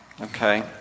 okay